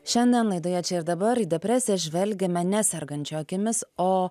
šiandien laidoje čia ir dabar į depresiją žvelgiame nesergančio akimis o